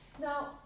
Now